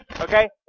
Okay